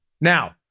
Now